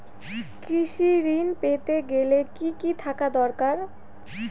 কৃষিঋণ পেতে গেলে কি কি থাকা দরকার?